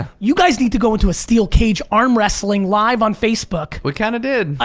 you guys need to go into a steel cage arm wrestling live on facebook. we kinda did.